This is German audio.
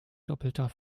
doppelter